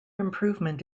improvement